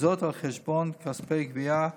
וזאת על חשבון כספי גבייה עתידיים,